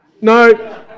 no